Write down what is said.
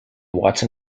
watson